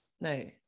no